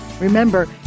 Remember